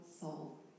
soul